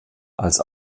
als